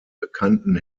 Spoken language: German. bekannten